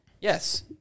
yes